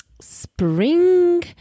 spring